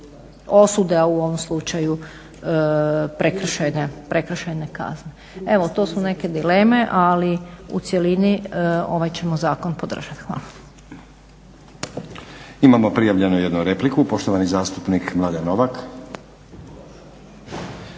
osude, a u ovom slučaju prekršajne kazne. Evo to su neke dileme, ali u cjelini ovaj ćemo zakon podržati. Hvala. **Stazić, Nenad (SDP)** Imamo prijavljenu jednu repliku. Poštovani zastupnik Mladen Novak.